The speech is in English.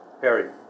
Harry